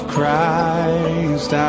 Christ